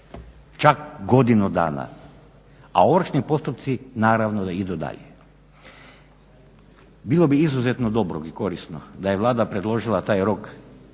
čak godinu dana. A ovršni postupci naravno da idu dalje. Bilo bi izuzetno dobro i korisno da je Vlada predložila taj rok